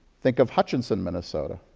think of hutchinson, minnesota.